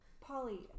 Polly